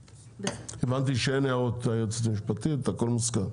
הבנתי שאין הערות ליועצת המשפטית, הכול מוסכם.